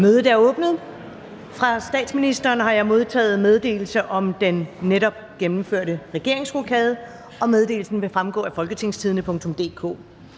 Mødet er åbnet. Fra statsministeren har jeg modtaget meddelelse om den netop gennemførte regeringsrokade. Meddelelsen vil fremgå af www.folketingstidende.dk